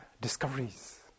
discoveries